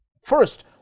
First